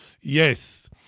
Yes